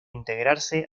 integrarse